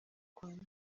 rwanda